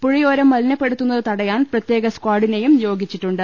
പുഴയോരം മലിനപ്പെടുത്തുന്നത് തടയാൻ പ്രതേക സ്കാഡിനെയും നിയോഗിച്ചിട്ടുണ്ട്